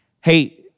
hey